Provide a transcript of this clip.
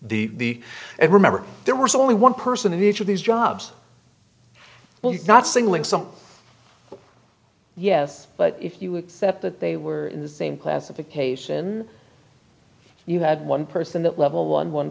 the remember there was only one person in each of these jobs well not singling some yes but if you accept that they were in the same classification you had one person that level one one